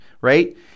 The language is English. right